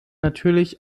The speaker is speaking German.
natürlich